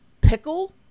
pickle